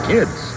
Kids